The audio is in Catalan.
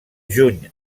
juny